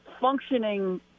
functioning